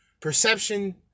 Perception